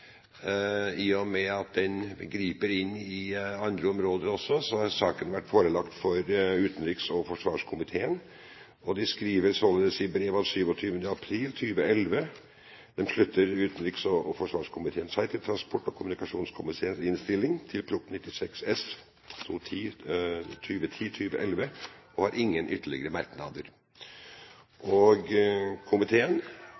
I og med at den griper inn i andre områder også, har saken vært forelagt utenriks- og forsvarskomiteen, og i brev av 27. april 2011 «slutter utenriks- og forsvarskomiteen seg til transport- og kommunikasjonskomiteens innstilling til Prop. 76 S og har ingen ytterligere merknader». Komiteen har en enstemmig innstilling som viser til proposisjonen og